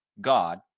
God